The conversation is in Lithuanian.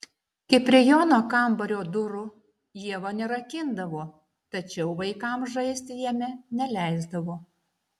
kiprijono kambario durų ieva nerakindavo tačiau vaikams žaisti jame neleisdavo